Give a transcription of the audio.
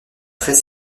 très